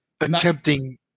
attempting